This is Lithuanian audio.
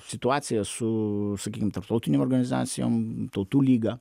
situacija su sakykim tarptautinėm organizacijom tautų lyga